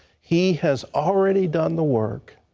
he has already done the work.